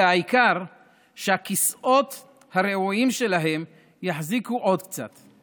והעיקר שהכיסאות הרעועים שלהם יחזיקו עוד קצת.